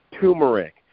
turmeric